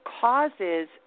causes